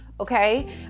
okay